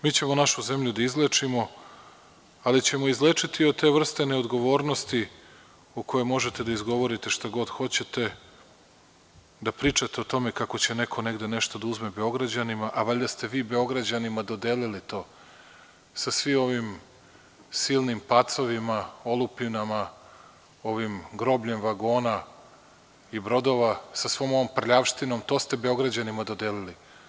Mi ćemo našu zemlju da izlečimo, ali ćemo izlečiti i od te vrste neodgovornosti u kojoj možete da izgovorite šta god hoćete, da pričate o tome kako će neko nešto da uzme Beograđanima, a valjda ste vi Beograđanima dodelili to sa svim ovim silnim pacovima, olupinama, ovim grobljem vagona i brodova, sa svom ovom prljavštinom, to ste Beograđanima dodelili.